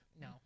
no